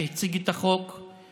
שהציג את החוק,